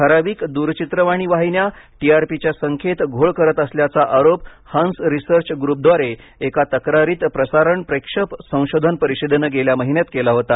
ठराविक दूरचित्रवाणी वाहिन्या टीआरपीच्या संख्येत घोळ करत असल्याचा आरोप हंस रिसर्च ग्रुपद्वारे एका तक्रारीत प्रसारण प्रेक्षक संशोधन परिषदेने गेल्या महिन्यात केला होता